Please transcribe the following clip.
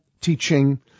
teaching